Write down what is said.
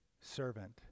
servant